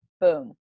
boom